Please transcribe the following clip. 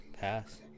Pass